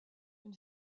une